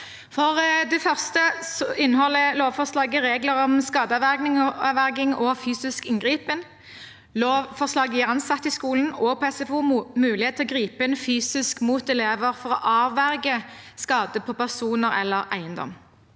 For det første inneholder lovforslaget regler om skadeavverging og fysisk inngripen, og lovforslaget gir ansatte i skolen og på SFO mulighet til å gripe inn fysisk mot elever for å avverge skade på personer eller eiendom.